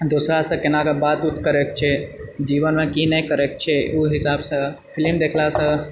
दोसरासे केनाके बात वूत करैके छै जीवनमे की नहि करएकेछै ओ हिसाबसँ फिलिम देखलासँ